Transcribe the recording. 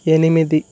ఎనిమిది